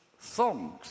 songs